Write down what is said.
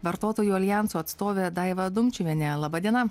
vartotojų aljanso atstovė daiva dumčiuvienė laba diena